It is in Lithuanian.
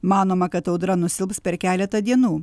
manoma kad audra nusilps per keletą dienų